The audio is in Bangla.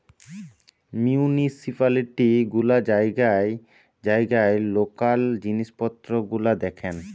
মিউনিসিপালিটি গুলা জায়গায় জায়গায় লোকাল জিনিস পত্র গুলা দেখেন